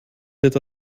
wird